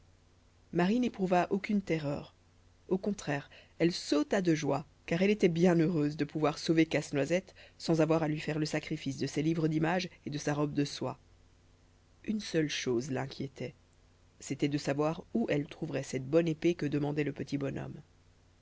marie n'éprouva aucune terreur au contraire elle sauta de joie car elle était bien heureuse de pouvoir sauver casse-noisette sans avoir à lui faire le sacrifice de ses livres d'images et de sa robe de soie une seule chose l'inquiétait c'était de savoir où elle trouverait cette bonne épée que demandait le petit bonhomme